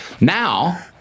now